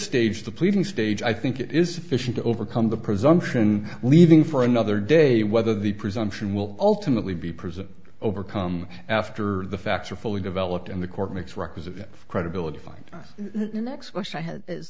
stage the pleading stage i think it is sufficient to overcome the presumption leaving for another day whether the presumption will ultimately be present overcome after the facts are fully developed and the court makes requisite credibility fin